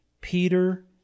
Peter